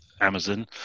Amazon